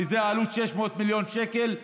וזו עלות של 600 מיליון שקל,